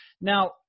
Now